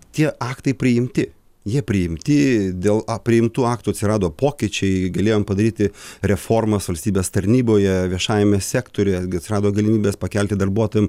tie aktai priimti jie priimti dėl a priimtų aktų atsirado pokyčiai galėjom padaryti reformas valstybės tarnyboje viešajame sektoriuje atsirado galimybės pakelti darbuotojam